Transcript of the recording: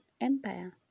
empire